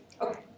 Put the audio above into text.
Okay